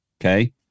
Okay